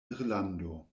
irlando